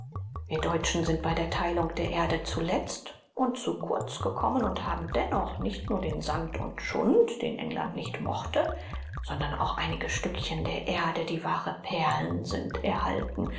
wir deutschen sind bei der teilung der erde zuletzt und zu kurz gekommen und haben dennoch nicht nur den sand und schund den england nicht mochte sondern auch einige stückchen der erde die wahre perlen sind erhalten